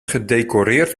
gedecoreerd